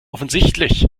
offensichtlich